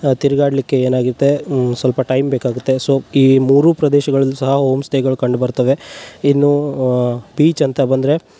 ತಿರ್ಗಾಡಲಿಕ್ಕೆ ಏನಾಗುತ್ತೆ ಸ್ವಲ್ಪ ಟೈಮ್ ಬೇಕಾಗುತ್ತೆ ಸೊ ಈ ಮೂರೂ ಪ್ರದೇಶಗಳಲ್ಲು ಸಹ ಹೋಮ್ ಸ್ಟೇಗಳು ಕಂಡುಬರ್ತವೆ ಇನ್ನೂ ಬೀಚ್ ಅಂತ ಬಂದರೆ